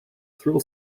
thrill